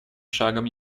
шагом